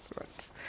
right